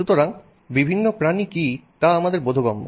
সুতরাং বিভিন্ন প্রাণী কী তা আমাদের বোধগম্য